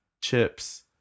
chips